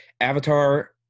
Avatar